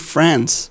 France